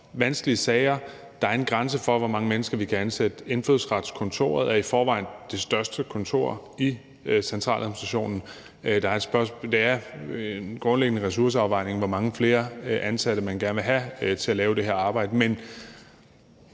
vanskelige sager. Der er en grænse for, hvor mange mennesker vi kan ansætte – Indfødsretskontoret er i forvejen det største kontor i centraladministrationen. Det er grundlæggende en ressourceafvejning, hvor mange flere ansatte man gerne vil have til at lave det her arbejde.